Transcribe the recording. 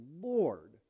Lord